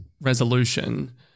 resolution